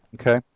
Okay